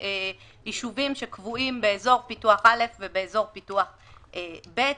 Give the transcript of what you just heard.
ליישובים שקבועים באזור פיתוח א' ובאזור פיתוח ב'.